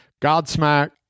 Godsmack